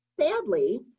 sadly